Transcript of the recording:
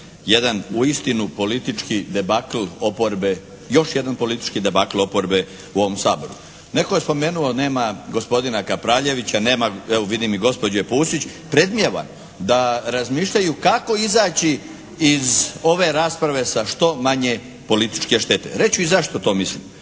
oporbe, još jedan politički debakl oporbe u ovom Saboru. Netko je spomenuo nema gospodina Kapraljevića, nema evo vidim i gospođe Pusić predmijeva da razmišljaju kako izaći iz ove rasprave sa što manje političke štete. Reći ću i zašto to mislim.